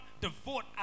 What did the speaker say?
devote